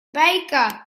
baker